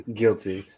guilty